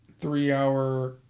three-hour